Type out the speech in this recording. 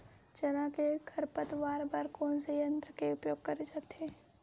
चना के खरपतवार बर कोन से यंत्र के उपयोग करे जाथे?